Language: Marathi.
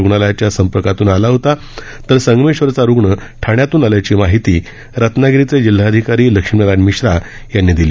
रुग्णालयाच्या संपर्कातून आला होता तर संगमेश्वरचा रुग्ण ठाण्यातून आल्याची माहिती रत्नागिरीचे जिल्हाधिकारी लक्ष्मीनारायण मिश्रा यांनी दिली